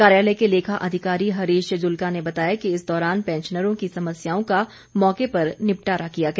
कार्यालय के लेखा अधिकारी हरीश जुल्का ने बताया कि इस दौरान पैंशनरों की समस्याओं का मौके पर निपटारा किया गया